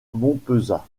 montpezat